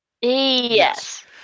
Yes